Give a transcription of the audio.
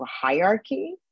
hierarchy